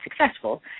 successful